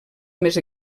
més